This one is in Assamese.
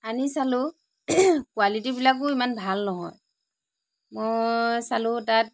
আনি চালোঁ কোৱালিটীবিলাকো ইমান ভাল নহয় মই চালোঁ তাত